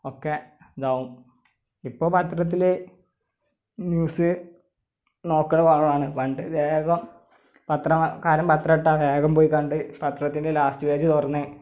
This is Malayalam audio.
ഒക്കെ ഇതാവും ഇപ്പോൾ പത്രത്തിൽ ന്യൂസ് നോക്കുന്ന ഭാഗാമാണ് പണ്ട് വേഗം പത്രക്കാരൻ പത്രം ഇട്ടാൽ വേഗം പോയി കണ്ട് പത്രത്തിന്റെ ലാസ്റ്റ് പേജ് തുറന്നു